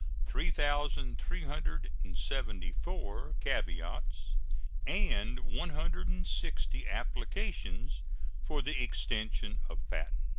three thousand three hundred and seventy four caveats and one hundred and sixty applications for the extension of patents.